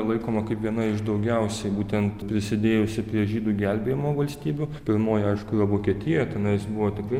laikoma kaip viena iš daugiausiai būtent prisidėjusi prie žydų gelbėjimo valstybių pirmoji aišku yra vokietija tenais buvo tikrai